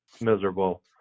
miserable